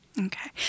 Okay